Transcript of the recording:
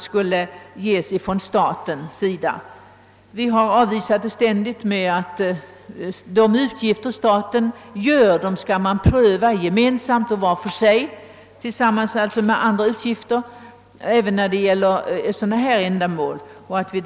Vi har ständigt avvisat dessa förslag med motivering att statens utgifter även för sådana här ändamål bör prövas tillsammans med andra utgifter. Vi har alltså inte kunnat gå med på förslagen.